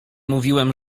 mówiłem